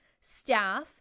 staff